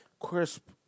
crisp